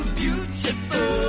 beautiful